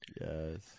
Yes